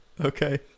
Okay